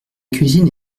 cuisine